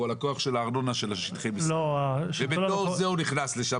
הוא הלקוח של הארנונה של שטחי המסחר ובתוך זה הוא נכנס לשם.